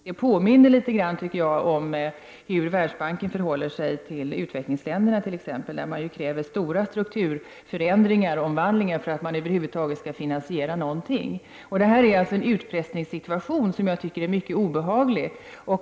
Det påminner litet grand, tycker jag, om hur Världsbanken förhåller sig till exempelvis utvecklingsländerna. Man kräver stora strukturomvandlingar för att man över huvud taget skall finansiera någonting. Det här var alltså en utpressningssituation som jag tyckte var mycket obehaglig.